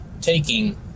taking